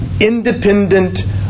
independent